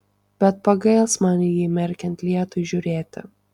bet pagails man į jį merkiant lietui žiūrėti